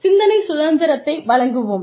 சிந்தனை சுதந்திரத்தை வழங்குவோம்